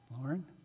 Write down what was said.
Lauren